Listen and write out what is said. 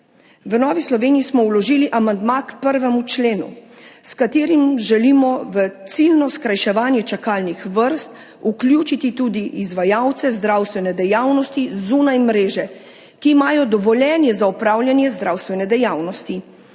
V Novi Sloveniji smo vložili amandma k 1. členu, s katerim želimo v ciljno skrajševanje čakalnih vrst vključiti tudi izvajalce zdravstvene dejavnosti zunaj mreže, ki imajo dovoljenje za opravljanje zdravstvene dejavnosti.